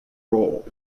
roll